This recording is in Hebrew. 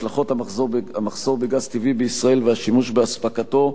השלכות המחסור בגז טבעי בישראל והשיבושים באספקתו,